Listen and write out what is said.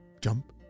Jump